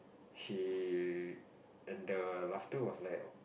she and the laughter was like